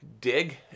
dig